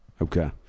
okay